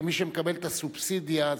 כי מי שמקבל את הסובסידיה זה,